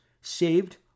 saved